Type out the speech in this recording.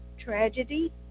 tragedy